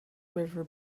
river